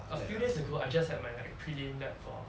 a few days ago I just had my prelim lab for